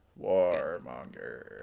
Warmonger